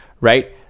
right